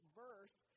verse